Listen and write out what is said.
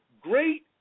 Great